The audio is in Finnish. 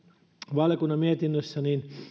valiokunnan mietinnössä